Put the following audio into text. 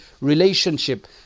relationship